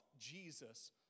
Jesus